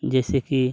ᱡᱮᱭᱥᱮ ᱠᱤ